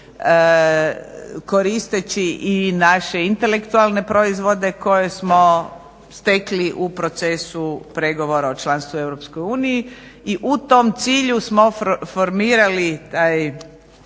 koristeći i naše intelektualne proizvode koje smo stekli u procesu pregovora o članstvu u EU. I u tom cilju smo formirali taj